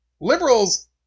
Liberals